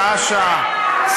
שעה-שעה.